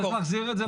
צריך להחזיר את זה.